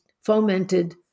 fomented